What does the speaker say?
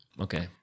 Okay